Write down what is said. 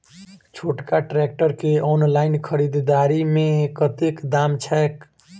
छोटका ट्रैक्टर केँ ऑनलाइन खरीददारी मे कतेक दाम छैक?